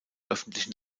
öffentlichen